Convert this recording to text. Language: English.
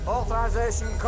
Authorization